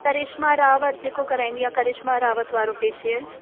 करिश्मा रावत जेको कराईंदी आहे करिश्मा रावत वारो फ़ेशियल